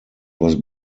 was